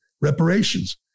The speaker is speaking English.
reparations